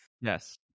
Yes